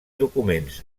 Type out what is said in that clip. documents